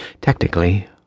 Technically